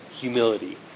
humility